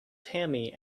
tammy